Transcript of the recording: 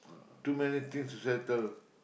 too many things to settle